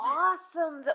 awesome